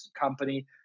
company